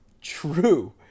true